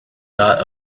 dot